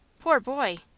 poor boy!